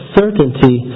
certainty